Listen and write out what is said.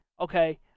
okay